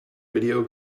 video